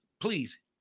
Please